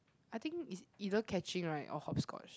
I think it's either catching right or hopscotch